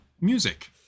Music